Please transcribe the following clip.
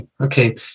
Okay